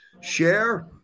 share